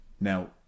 Now